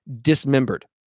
dismembered